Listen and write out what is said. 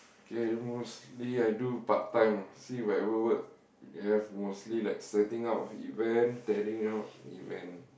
okay mostly I do part time ah see like whatever work have mostly like setting up of event tearing up event